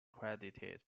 credited